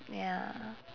ya